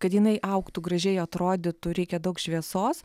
kad jinai augtų gražiai atrodytų reikia daug šviesos